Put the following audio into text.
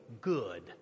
good